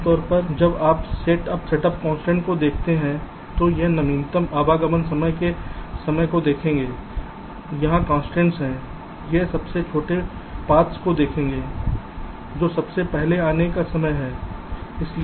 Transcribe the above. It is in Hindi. आम तौर पर जब आप सेट अप कंस्ट्रेंट्स को देखते हैं तो हम नवीनतम आगमन के समय को देखेंगे क्या कंस्ट्रेंट्स हैं हम सबसे छोटे रास्तों को देखेंगे जो सबसे पहले आने वाला समय है